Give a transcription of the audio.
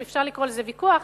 אם אפשר לקרוא לזה ויכוח,